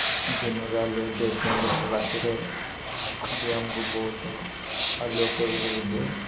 ଦିନରେ ଆଲୁଅ ଦିଏ ଚନ୍ଦ୍ର ରାତିରେ ବି ଆମକୁ ବହୁତ ଆଲୁଅ କେବେ କେବେ ଦିଏ